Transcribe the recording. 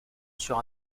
sur